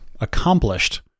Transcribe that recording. accomplished